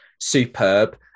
superb